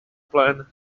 plan